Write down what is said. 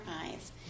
eyes